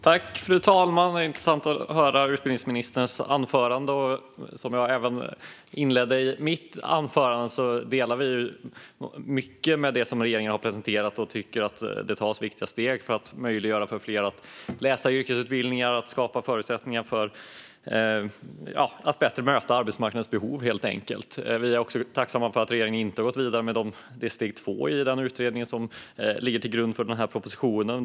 Fru talman! Det är intressant att höra utbildningsministerns anförande. Som jag sa i inledningen på mitt anförande håller vi med om mycket av det som regeringen har presenterat och tycker att det tas viktiga steg för att möjliggöra för fler att läsa yrkesutbildningar att skapa förutsättningar för att bättre möta arbetsmarknadens behov, helt enkelt. Vi är också tacksamma för att regeringen inte har gått vidare med steg två i den utredning som ligger till grund för den här propositionen.